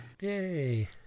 yay